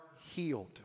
healed